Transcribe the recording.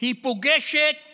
היא פוגשת